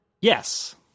Yes